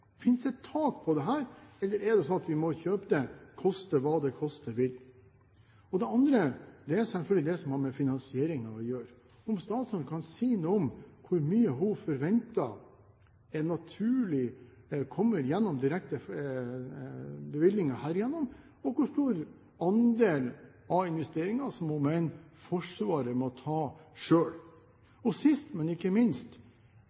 Finnes det et tak på dette, eller er det sånn at vi må kjøpe det, koste hva det koste vil? Det andre går selvfølgelig på det som har med finansieringen å gjøre, om statsråden kan si noe om hvor mye hun forventer er naturlig kommer gjennom direkte bevilgninger herigjennom, og hvor stor andel av investeringene som hun mener Forsvaret må ta selv. Sist, men ikke minst,